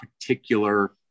particular